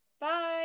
Bye